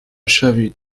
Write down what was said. شوید